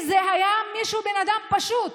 אם זה היה בן אדם פשוט,